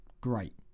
great